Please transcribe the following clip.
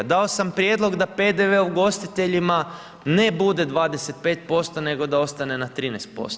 Dao sam prijedlog da PDV ugostiteljima, ne bude 25%, nego da ostane na 13%